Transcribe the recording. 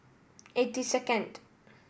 eighty second